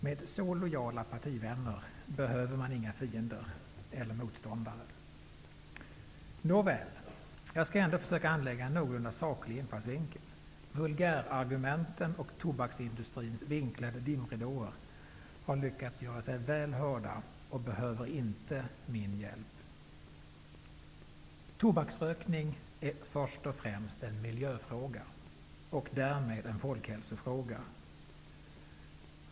Med så lojala partivänner behöver man inga fiender eller motståndare! Nåväl, jag skall ändå försöka anlägga en någorlunda saklig infallsvinkel. Vulgärargumenten och tobaksindustrins vinklade dimridåer har lyckats göra sig väl hörda och behöver inte min hjälp. Tobaksrökning är först och främst en miljöfråga, och därmed också en folkhälsofråga.